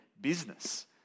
business